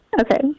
Okay